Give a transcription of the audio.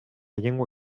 llengua